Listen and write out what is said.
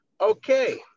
Okay